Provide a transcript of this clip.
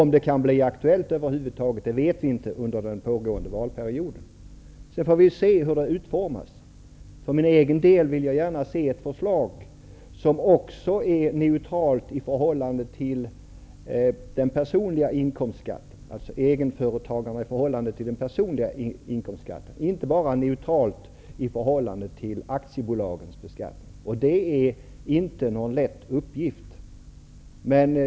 Om det kan bli aktuellt över huvud taget med förslag under den pågående valperioden vet vi inte. För min egen del vill jag gärna se ett förslag som innebär neutralitet också i förhållande till den personliga inkomstskatten, alltså egenföretagen i förhållande till den personliga inkomstskatten, inte bara neutralitet i förhållande till aktiebolagens beskattning. Det är inte någon lätt uppgift.